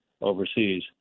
overseas